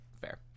Fair